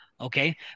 okay